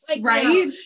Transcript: right